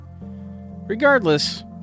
Regardless